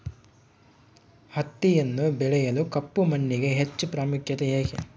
ಹತ್ತಿಯನ್ನು ಬೆಳೆಯಲು ಕಪ್ಪು ಮಣ್ಣಿಗೆ ಹೆಚ್ಚು ಪ್ರಾಮುಖ್ಯತೆ ಏಕೆ?